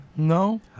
No